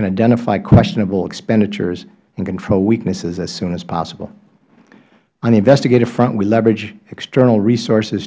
can identify questionable expenditures and control weaknesses as soon as possible on the investigative front we leverage external resources